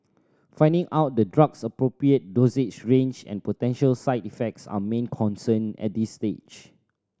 finding out the drug's appropriate dosage range and potential side effects are main concern at this stage